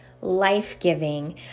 life-giving